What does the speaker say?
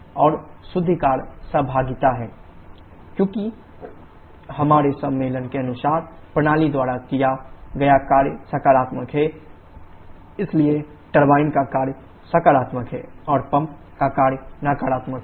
और शुद्ध कार्य सहभागिता है ∮δwWT WPWnet क्योंकि हमारे सम्मेलन के अनुसार प्रणाली द्वारा किया गया कार्य सकारात्मक है इसलिए टरबाइन का कार्य सकारात्मक है और पंप का कार्य नकारात्मक है